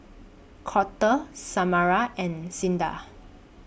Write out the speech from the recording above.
Colter Samara and Cinda